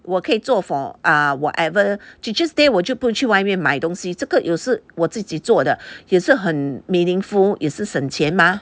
我可以做 for err whatever teacher's day 我就不用去外面卖东西这个也是我自己做的也是很 meaningful 也是省钱 mah